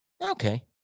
Okay